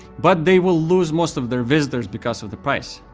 but they will lose most of their visitors because of the price,